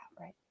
right